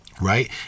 right